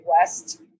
west